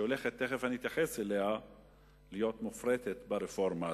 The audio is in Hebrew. שהולכת להיות מופרטת ברפורמה הזאת.